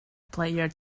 player